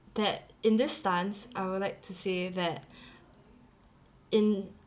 that in this stance I would like to say that in